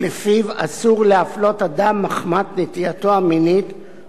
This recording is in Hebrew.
אדם מחמת נטייתו המינית או זהותו המגדרית,